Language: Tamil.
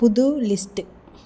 புது லிஸ்ட்டு